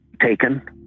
taken